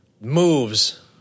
moves